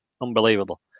unbelievable